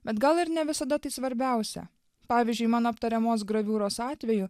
bet gal ir ne visada tai svarbiausia pavyzdžiui mano aptariamos graviūros atveju